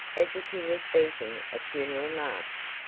as if he was beating a funeral march.